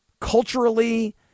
culturally